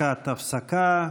דקת הפסקה.